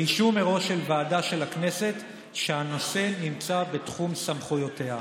באישור מראש של ועדה של הכנסת שהנושא נמצא בתחום סמכויותיה.